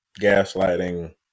gaslighting